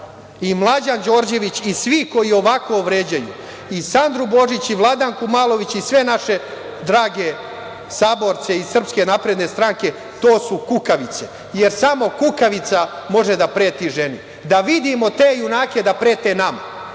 i Mlađan Đorđević i svi koji ovako vređaju, i Sandru Božić, Vladanku Malović i sve naše drage saborce iz SNS, to su kukavice, jer samo kukavica može da preti ženi. Da vidimo te junake da prete nama.